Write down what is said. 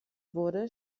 wurde